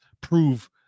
prove